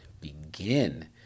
begin